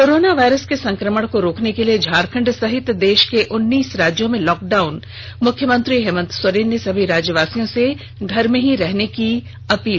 corona virus के संक्रमण को रोकने के लिए झारखण्ड सहित देष के उन्नीस राज्यों में लॉकडाउन मुख्यमंत्री हेमंत सोरेन ने सभी राज्यवासियों से घरों में रहने की की अपील